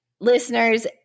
listeners